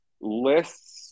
lists